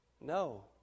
No